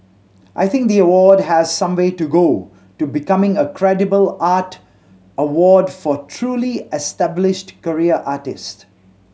I think the award has some way to go to becoming a credible art award for truly established career artist